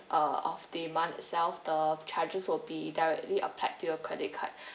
uh of the month itself the charges will be directly applied to your credit card